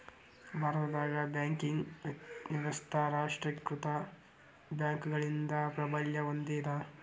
ಭಾರತದಾಗ ಬ್ಯಾಂಕಿಂಗ್ ವ್ಯವಸ್ಥಾ ರಾಷ್ಟ್ರೇಕೃತ ಬ್ಯಾಂಕ್ಗಳಿಂದ ಪ್ರಾಬಲ್ಯ ಹೊಂದೇದ